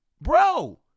Bro